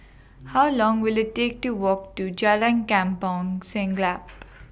How Long Will IT Take to Walk to Jalan Kampong Siglap